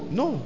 no